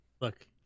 look